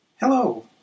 Hello